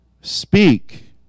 speak